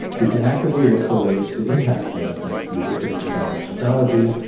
we can actively look for ways to impact things like the addictive design of technology,